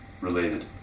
related